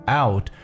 out